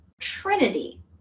trinity